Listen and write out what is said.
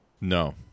no